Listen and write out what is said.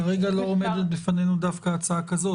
כרגע לא עומדת בפנינו דווקא הצעה כזאת.